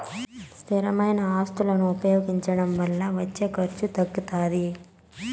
స్థిరమైన ఆస్తులను ఉపయోగించడం వల్ల వచ్చే ఖర్చు తగ్గిపోతాది